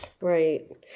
Right